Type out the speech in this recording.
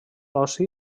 ossi